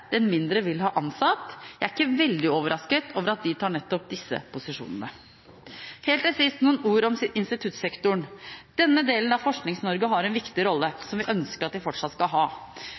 den mindre vil ha ansatt. Jeg er ikke veldig overrasket over at de tar nettopp disse posisjonene. Helt til sist noen ord om instituttsektoren. Denne delen av Forsknings-Norge har en viktig rolle som vi ønsker at den fortsatt skal ha: